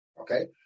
okay